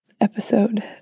episode